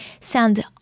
sound